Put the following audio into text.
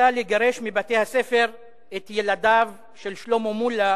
מחליטה לגרש מבתי-הספר את ילדיו של שלמה מולה